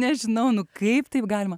nežinau nu kaip taip galima